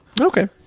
Okay